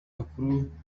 bakuru